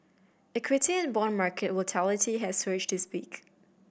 equity and bond market volatility has surged this week